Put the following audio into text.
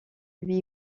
lui